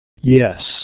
Yes